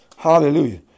Hallelujah